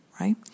Right